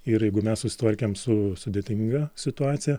ir jeigu mes susitvarkėm su sudėtinga situacija